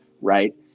right